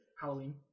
Halloween